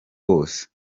bose